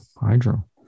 hydro